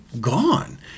gone